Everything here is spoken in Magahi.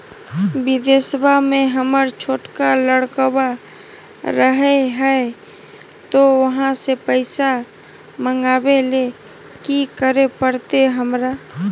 बिदेशवा में हमर छोटका लडकवा रहे हय तो वहाँ से पैसा मगाबे ले कि करे परते हमरा?